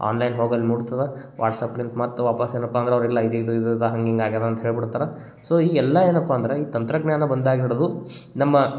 online ಹೋಗಲ್ಲಿ ಮುಟ್ತದೆ ವಾಟ್ಸ್ಅಪ್ಲಿಂದ್ ಮತ್ತೆ ವಾಪಸ್ ಏನಪ್ಪ ಅಂದ್ರೆ ಅವರಿಲ್ಲ ಇದು ಇದು ಇದ್ರದು ಹಂಗೆ ಹೀಗೆ ಆಗ್ಯದ ಅಂತ ಹೇಳ್ಬಿಡ್ತಾರ ಸೊ ಈಗೆಲ್ಲ ಏನಪ್ಪ ಅಂದರೆ ಈ ತಂತ್ರಜ್ಞಾನ ಬಂದಾಗ ಹಿಡಿದು ನಮ್ಮ